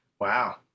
Wow